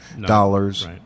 dollars